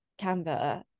Canva